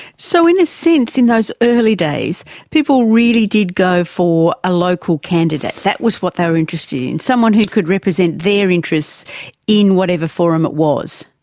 so in a sense in those early days people really did go for a local candidate, that was what they were interested in, someone who could represent their interests in whatever forum it was.